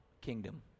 kingdom